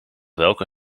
welke